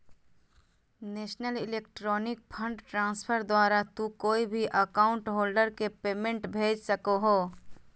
national electronic fund transfer द्वारा तू कोय भी अकाउंट होल्डर के पेमेंट भेज सको हो